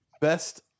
best